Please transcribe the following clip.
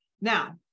Now